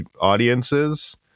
audiences